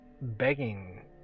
begging